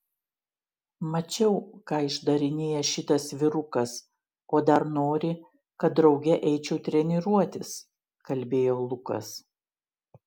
mačiau ką išdarinėja šitas vyrukas o dar nori kad drauge eičiau treniruotis kalbėjo lukas